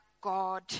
God